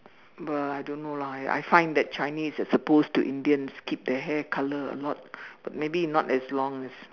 but I don't know lah I find that Chinese as opposed to Indians keep their hair color a lot but maybe not as long as